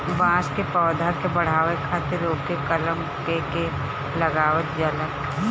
बांस के पौधा के बढ़ावे खातिर ओके कलम क के लगावल जाला